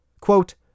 Quote